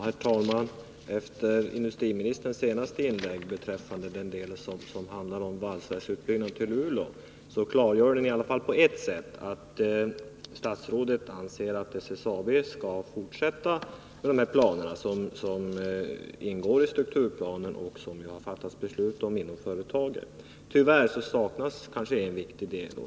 Herr talman! Efter industriministerns senaste inlägg beträffande den del som handlar om valsverksutbyggnaden i Luleå, som i alla fall på ett sätt klargör att statsrådet anser att SSAB skall fortsätta med de planer som ingår i strukturplanen och som det har fattats beslut om inom företaget, saknas tyvärr en viktig del.